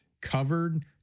covered